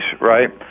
right